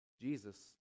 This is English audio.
Jesus